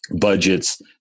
budgets